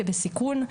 כבסיכון.